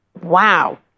Wow